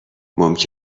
باز